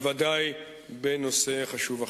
בוודאי בנושא חשוב.